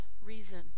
reason